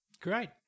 Great